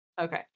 Okay